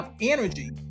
energy